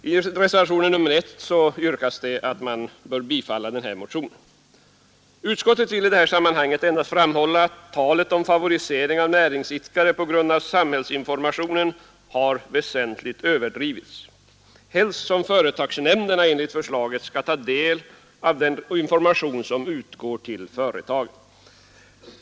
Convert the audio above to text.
I reservationen 1 yrkas att den här motionen skall bifallas Utskottet vill i detta sammanhang endast framhålla att talet om favorisering av näringsidkare på grund av samhällsinformationen har väsentligt överdrivits, helst som företagsnämnderna enligt förslaget skall ta del av den information som utgår till företagen.